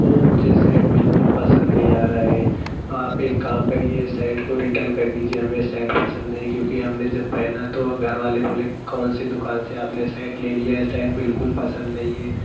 तो मुझे शर्ट बिलकुल पसंद नहीं आ रहा है आप एक काम करिए शर्ट को रिटर्न कर दीजिए हमें शर्ट पसंद नहीं है क्योंकि हमने जब पहना तो घर वाले बोले कौनसी दुकान से अपने शर्ट ले लिया है शर्ट बिलकुल पसंद नहीं है